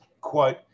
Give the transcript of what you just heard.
quote